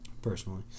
personally